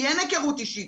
כי אין היכרות אישית,